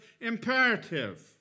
imperative